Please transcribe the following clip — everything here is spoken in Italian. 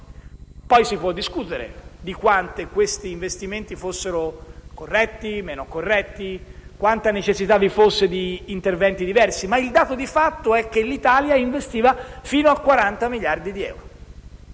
Si può discutere di quanto questi investimenti fossero corretti o meno, di quanta necessità vi fosse di interventi diversi, ma il dato di fatto era che l'Italia investiva fino a 40 miliardi di euro,